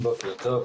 בוקר טוב,